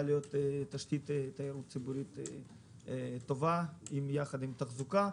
להיות תשתית תיירות ציבורית טובה יחד עם תחזוקה.